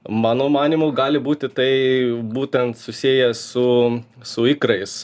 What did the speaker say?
mano manymu gali būti tai būtent susiję su su ikrais